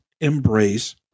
embrace